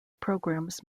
programs